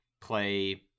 play